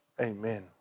Amen